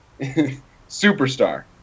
superstar